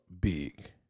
big